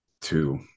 Two